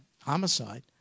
Homicide